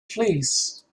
fleece